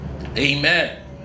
Amen